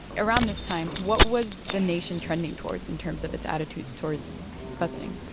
around this time, what was the nation trending towards in terms of its attitudes towards busing?